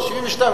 או 72,